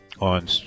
on